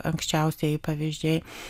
anksčiausieji pavyzdžiai